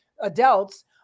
adults